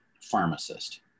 pharmacist